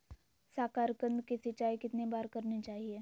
साकारकंद की सिंचाई कितनी बार करनी चाहिए?